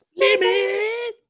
limit